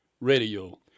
radio